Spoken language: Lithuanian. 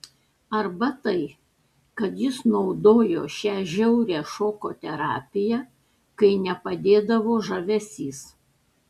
arba tai kad jis naudojo šią žiaurią šoko terapiją kai nepadėdavo žavesys